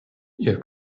ihr